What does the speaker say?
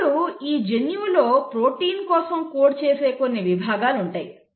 ఇప్పుడు ఈ జన్యువు లో ప్రోటీన్ కోసం కోడ్ చేసే కొన్ని విభాగాలు ఉంటాయి